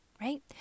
right